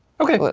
okay. but